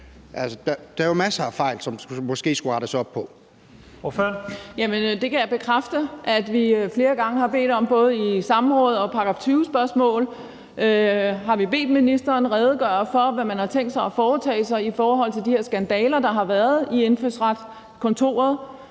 Kl. 10:28 Brigitte Klintskov Jerkel (KF): Det kan jeg bekræfte at vi flere gange har bedt om. Både i samråd og i § 20-spørgsmål har vi bedt ministeren redegøre gøre for, hvad man har tænkt sig at foretage sig i forhold til de her skandaler, der har været i Indfødsretskontoret.